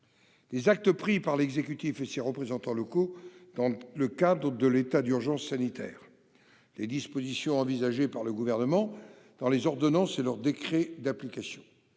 les actes pris par l'exécutif et ses représentants locaux dans le cadre de l'état d'urgence sanitaire ; les dispositions envisagées par le Gouvernement dans les ordonnances et leurs décrets d'application-